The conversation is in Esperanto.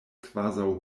kvazaŭ